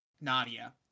Nadia